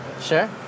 Sure